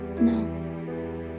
No